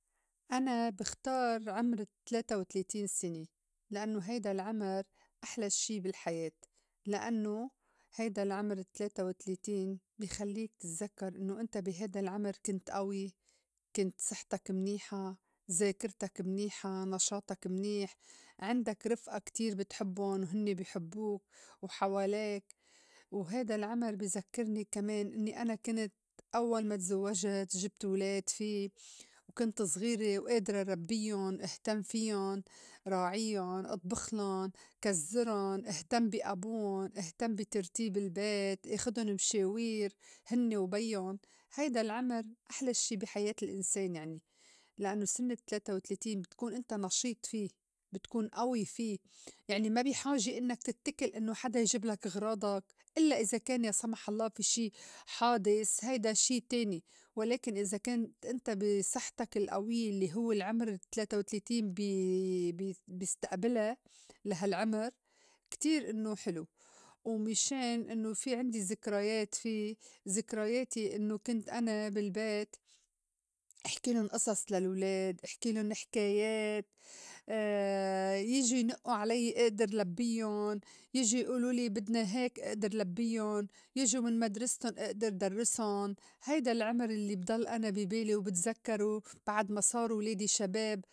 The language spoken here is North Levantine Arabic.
أنا بختار عمر التليتا وتلاتين سنة لإنّو هيدا العمر أحلى شي بالحياة لإنّو هيدا العمر التليتا وتلاتين بي خلّيك تتزكّر إنّو إنت بي هيدا العمر كنت أوي، كانت صحتك منيحة، ذاكرتك منيحة، نشاطك منيح، عندك رفئة كتير بتحبّن وهنّي بي حبّوك وحواليك وهيدا العمر بي زكّرني كمان إنّي أنا كنت أوّل ما تزوّجت جبت ولاد في وكنت زغيرة وئادرة ربّين، إهتم فيّن، راعيُّن، إطبخلُن، كزدرن، إهتم بي أبون، إهتم بي ترتيب البيت، آخدن مشاوير هنّي وبيُّن، هيدا العمر أحلى شي بي حياة الإنسان يعني لإنّو سِن التليتا وتلاتين بتكون إنت نشيط في، بتكون أوي في، يعني ما بي حاجة إنّك تتّكل إنّو حدا يجبلك غراضك إلا إذا كان يا سمح الله في شي حادث هيدا شي تاني ولكن إذا كنت إنت بي صحتك الئويّة الّي هو العمر التليتا وتلاتين بي- بي- بيستئبلا لا هالعمر كتير إنّو حلو ومشان إنّو في عندي زكريات في زكرياتي إنّو كنت أنا بالبيت إحكيلن إصص للولاد إحكيلن حكايات، يجوا ينئّو عليّ إئدر لبيُّن، يجو يئولولي بدنا هيك إئدر لبّين، يجو من مدرِستون إئدر درّسُن، هيدا العمر الّي بضل أنا بي بالي وبتزكّرو بعد ما صارو ولادي شباب.